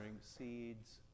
seeds